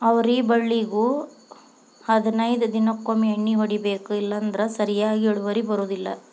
ಅವ್ರಿ ಬಳ್ಳಿಗು ಹದನೈದ ದಿನಕೊಮ್ಮೆ ಎಣ್ಣಿ ಹೊಡಿಬೇಕ ಇಲ್ಲಂದ್ರ ಸರಿಯಾಗಿ ಇಳುವರಿ ಬರುದಿಲ್ಲಾ